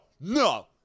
no